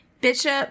Bishop